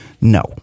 No